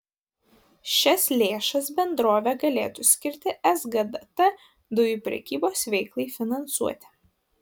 šias lėšas bendrovė galėtų skirti sgdt dujų prekybos veiklai finansuoti